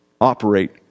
operate